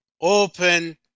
open